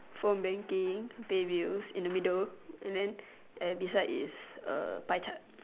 phone banking pay bills in the middle and then at beside is a pie chart